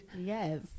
yes